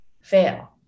fail